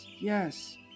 Yes